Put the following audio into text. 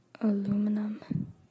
Aluminum